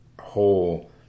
whole